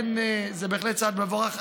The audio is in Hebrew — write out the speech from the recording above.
זה בהחלט צעד מבורך.